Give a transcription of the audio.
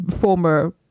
former